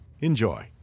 Enjoy